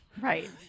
right